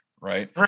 Right